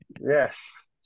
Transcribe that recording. Yes